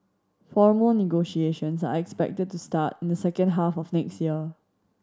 formal negotiations are expected to start in the second half of next year